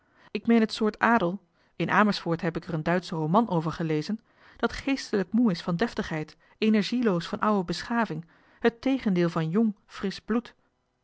ik meen het soort adel in amersfoort heb ik er een duitsche roman over gelezen dat geestelijk moe is van deftigheid energieloos van ou'e beschaving het tegendeel van jong frisch bloed